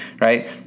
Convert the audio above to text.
right